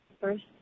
first